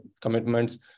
commitments